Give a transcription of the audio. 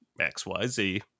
xyz